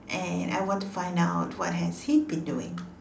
and I want to find out what has he been doing